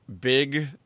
big